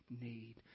need